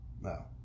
no